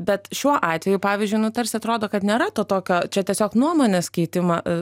bet šiuo atveju pavyzdžiui nu tarsi atrodo kad nėra to tokio čia tiesiog nuomonės keitimą